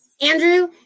Andrew